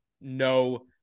no